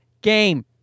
game